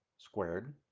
squared,